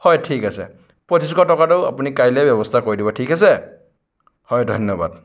হয় ঠিক আছে পচিছশ টকাতো কাইলৈ আপুনি ব্যৱস্থা কৰি দিব ঠিক আছে হয় ধন্যবাদ